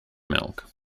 milk